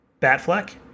Batfleck